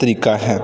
ਤਰੀਕਾ ਹੈ